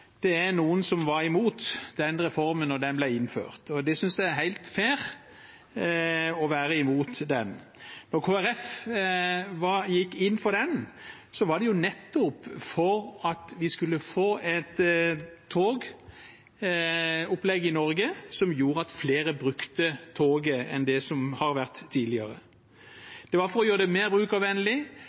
det er noen som var imot denne reformen da den ble innført. Jeg synes det er helt fair å være imot den. Når Kristelig Folkeparti gikk inn for denne reformen, var det nettopp for at vi skulle få et togopplegg i Norge som gjorde at flere brukte toget enn det man hadde gjort tidligere. Det var for å gjøre det mer brukervennlig,